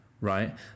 right